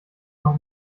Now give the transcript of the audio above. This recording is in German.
noch